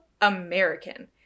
American